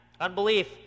Unbelief